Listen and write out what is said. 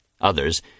Others